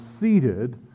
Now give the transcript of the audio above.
seated